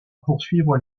poursuivre